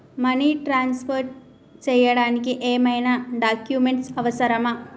Money transfer చేయడానికి ఏమైనా documents అవసరమా?